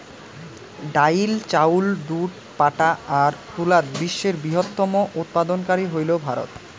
ডাইল, চাউল, দুধ, পাটা আর তুলাত বিশ্বের বৃহত্তম উৎপাদনকারী হইল ভারত